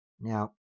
Now